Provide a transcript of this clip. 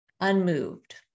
unmoved